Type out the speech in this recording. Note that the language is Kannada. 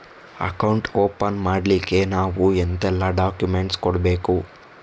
ಅಕೌಂಟ್ ಓಪನ್ ಮಾಡ್ಲಿಕ್ಕೆ ನಾವು ಎಂತೆಲ್ಲ ಡಾಕ್ಯುಮೆಂಟ್ಸ್ ಕೊಡ್ಬೇಕು?